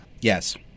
Yes